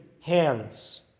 hands